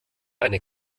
eine